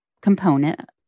component